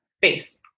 face